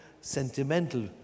sentimental